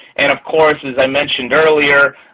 and of course, as i mentioned earlier,